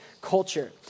culture